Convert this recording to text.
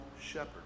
shepherd